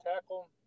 tackle